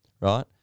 right